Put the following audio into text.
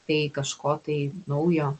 tai kažko tai naujo